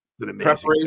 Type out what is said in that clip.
preparation